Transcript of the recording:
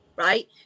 right